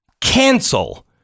cancel